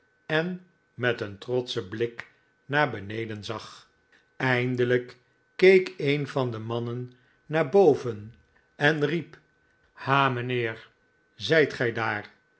en met een trotschen blik naar beneden zag eindelijk keek een van de mannen naar boven en riep ila roijnheer zijt gij daar